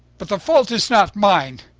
but the fault is not mine.